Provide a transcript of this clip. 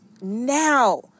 now